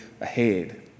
ahead